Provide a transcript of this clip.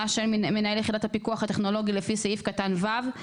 של מנהל יחידת הפיקוח הטכנולוגי לפי סעיף קטן (ו).